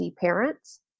parents